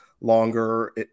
longer